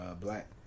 Black